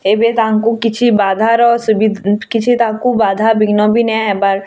ଏବେ ତାଙ୍କୁ କିଛି ବାଧାର କିଛି ତାଙ୍କୁ ବାଧା ବିଘ୍ନ ବି ନାଇଁ ହେବାର୍